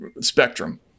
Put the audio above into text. spectrum